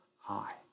high